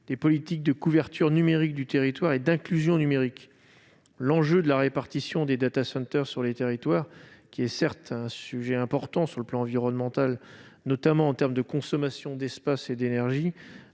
des politiques de couverture numérique du territoire et d'inclusion numérique. La répartition des sur le territoire constitue certes un enjeu important sur le plan environnemental, notamment en termes de consommation d'espace et d'énergie.